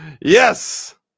yes